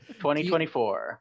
2024